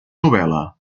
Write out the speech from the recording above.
novel·la